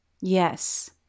Yes